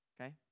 Okay